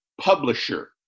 publisher